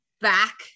back